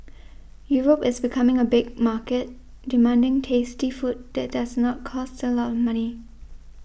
Europe is becoming a big market demanding tasty food that does not cost a lot of money